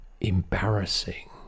embarrassing